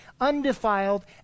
undefiled